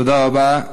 תודה רבה.